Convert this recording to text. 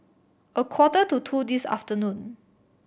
a quarter to two this afternoon